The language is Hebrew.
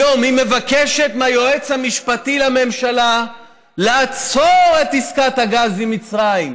היום היא מבקשת מהיועץ המשפטי לממשלה לעצור את עסקת הגז עם מצרים.